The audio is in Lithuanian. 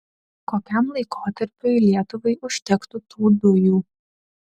kokiam laikotarpiui lietuvai užtektų tų dujų